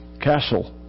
castle